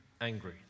angry